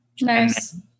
nice